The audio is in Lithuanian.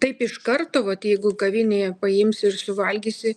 taip iš karto vat jeigu kavinėje paimsi ir suvalgysi